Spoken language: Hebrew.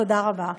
תודה רבה.